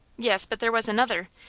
yes, but there was another,